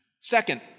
Second